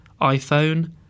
iPhone